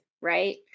right